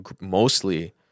mostly